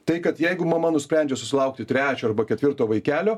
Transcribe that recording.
tai kad jeigu mama nusprendžia susilaukti trečio arba ketvirto vaikelio